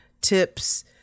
tips